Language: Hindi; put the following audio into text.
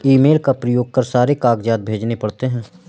ईमेल का प्रयोग कर सारे कागजात भेजने पड़ते हैं